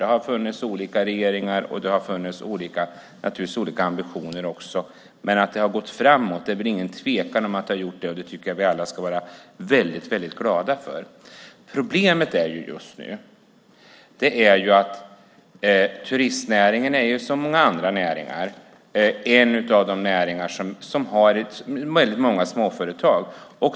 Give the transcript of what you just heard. Det har varit olika regeringar och naturligtvis också funnits olika ambitioner, men att det gått framåt råder det väl ingen tvekan om. Det tycker jag att vi alla ska vara väldigt glada över. Problemet just nu är att turistnäringen liksom många andra näringar har väldigt många småföretag.